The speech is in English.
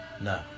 no